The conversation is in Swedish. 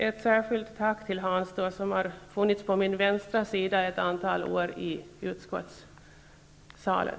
Ett särskilt tack till Hans Lindlad som under ett antal år har suttit på min vänstra sida i utskottssalen.